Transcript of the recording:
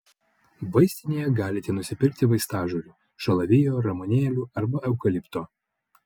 vaistinėje galite nusipirkti vaistažolių šalavijo ramunėlių arba eukalipto